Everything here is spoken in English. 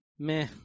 Meh